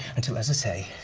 until, as i say,